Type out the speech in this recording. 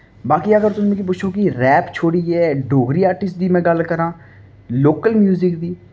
बाकी अगर तुस मिगी पुच्छो कि रैप छोड़ियै डोगरी आर्टिस्ट दी में गल्ल करां लोकल म्यूजिक दी